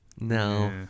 No